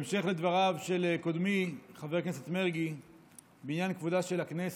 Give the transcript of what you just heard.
בהמשך לדבריו של קודמי חבר הכנסת מרגי בעניין כבודה של הכנסת,